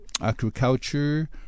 agriculture